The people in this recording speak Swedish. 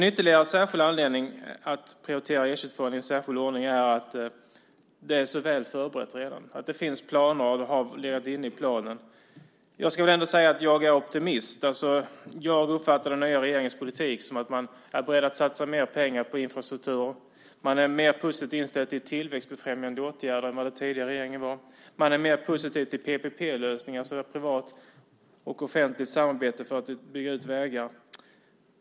Ytterligare en särskild anledning att prioritera E 22 i särskild ordning är att detta är så väl förberett redan. Det har lagts in i planen. Jag ska ändå säga att jag är optimist. Jag uppfattar den nya regeringens politik som att man är beredd att satsa mer pengar på infrastrukturen. Man är mer positivt inställd till tillväxtbefrämjande åtgärder än den tidigare regeringen var. Man är mer positiv till PPP-lösningar, privat och offentligt samarbete, för att bygga ut vägar.